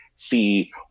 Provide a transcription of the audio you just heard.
see